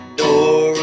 door